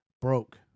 broke